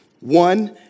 one